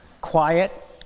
quiet